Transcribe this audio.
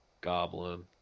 Goblin